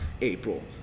April